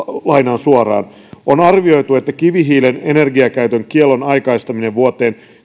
lainaan suoraan on arvioitu että kivihiilen energiakäytön kiellon aikaistaminen vuoteen